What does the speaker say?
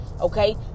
okay